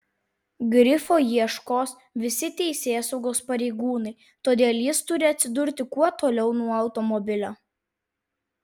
grifo ieškos visi teisėsaugos pareigūnai todėl jis turi atsidurti kuo toliau nuo automobilio